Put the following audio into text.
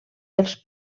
dels